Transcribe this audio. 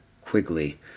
Quigley